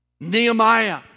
Nehemiah